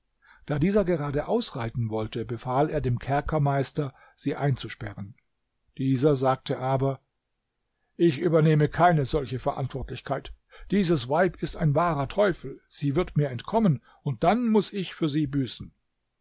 da dieser gerade ausreiten wollte befahl er dem kerkermeister sie einzusperren dieser sagte aber ich übernehme keine solche verantwortlichkeit dieses weib ist ein wahrer teufel sie wird mir entkommen und dann muß ich für sie büßen